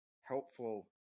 helpful